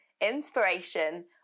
inspiration